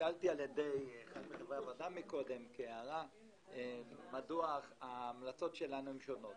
נשאלתי על ידי חברי הוועדה מדוע ההמלצות שלנו הן שונות.